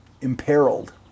Imperiled